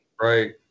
Right